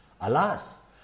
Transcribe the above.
Alas